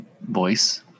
voice